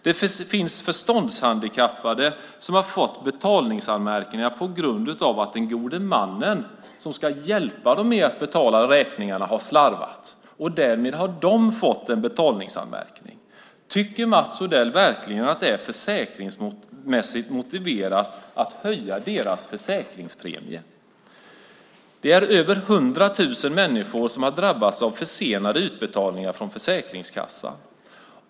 Det finns förståndshandikappade som har fått betalningsanmärkningar på grund av att den gode mannen som ska hjälpa dem att betala räkningar har slarvat. Därmed har de förståndshandikappade fått en betalningsanmärkning. Tycker Mats Odell verkligen att det är försäkringsmässigt motiverat att höja deras försäkringspremie? Det är över 100 000 människor som har drabbats av försenade utbetalningar från Försäkringskassan.